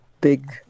big